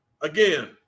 again